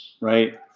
right